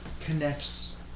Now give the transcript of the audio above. connects